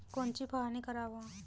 कोनची फवारणी कराव?